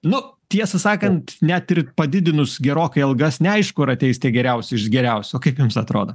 nu tiesą sakant net ir padidinus gerokai algas neaišku ar ateis tie geriausi iš geriausių o kaip jums atrodo